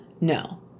No